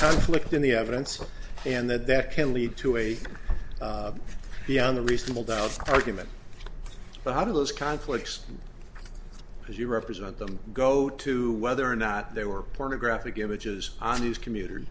conflict in the evidence and that that can lead to a beyond the reasonable doubt argument but how do those conflicts as you represent them go to whether or not there were pornographic images on these computer